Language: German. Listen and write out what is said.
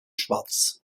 schwarz